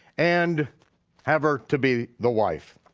and have her to be the wife.